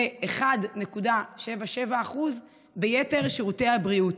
ל-1.77% ביתר שירותי הבריאות.